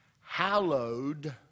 hallowed